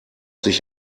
sich